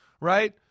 right